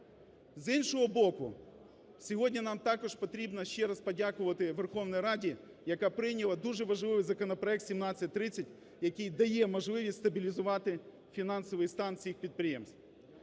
З іншого боку, сьогодні нам також потрібно ще раз подякувати Верховній Раді, яка прийняла дуже важливий законопроект 1730, який дає можливість стабілізувати фінансовий стан цих підприємств.